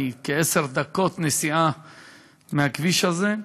אני כעשר דקות נסיעה מהכביש הזה.